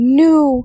new